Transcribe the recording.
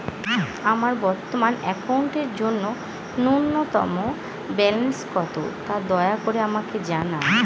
আমার বর্তমান অ্যাকাউন্টের জন্য ন্যূনতম ব্যালেন্স কত, তা দয়া করে আমাকে জানান